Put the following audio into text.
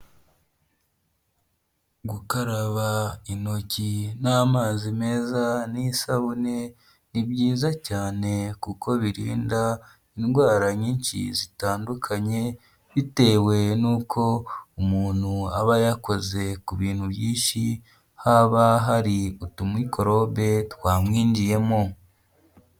Gukaraba intoki n'amazi meza n'isabune ni byiza cyane kuko birinda indwara nyinshi zitandukanye, bitewe n'uko umuntu aba yakoze ku bintu byinshi haba hari utumikorobe twamwinjiyemo.